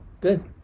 good